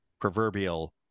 proverbial